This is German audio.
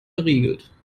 verriegelt